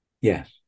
Yes